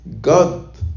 God